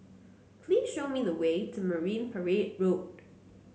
please show me the way to Marine Parade Road